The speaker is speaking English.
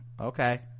okay